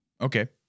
Okay